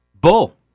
Bull